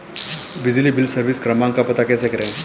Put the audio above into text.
बिजली bill service क्रमांक का पता कैसे करें?